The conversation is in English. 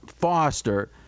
Foster